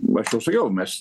aš jau sakiau mes